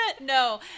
No